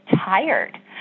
tired